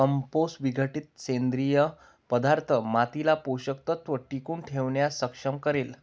compost विघटित सेंद्रिय पदार्थ मातीला पोषक तत्व टिकवून ठेवण्यास सक्षम करेल